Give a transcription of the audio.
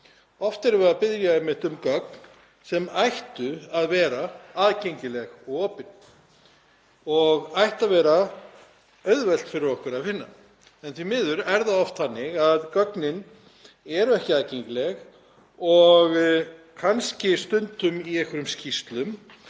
Oft erum við að biðja um gögn sem ættu að vera aðgengileg og opin og ætti að vera auðvelt fyrir okkur að finna. En því miður er það oft þannig að gögnin eru ekki aðgengileg og kannski stundum í einhverjum skýrslum